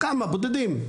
כמה בודדים,